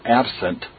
absent